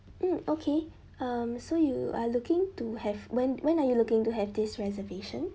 mm okay um so you are looking to have when when are you looking to have this reservation